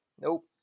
Nope